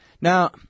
Now